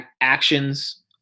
actions